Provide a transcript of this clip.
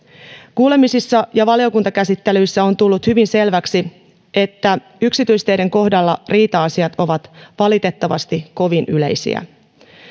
kuulemisissa ja valiokuntakäsittelyissä on tullut hyvin selväksi että yksityisteiden kohdalla riita asiat ovat valitettavasti kovin yleisiä